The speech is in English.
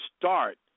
start